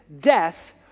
death